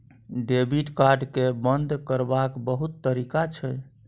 debit card केँ बंद करबाक बहुत तरीका छै